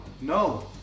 no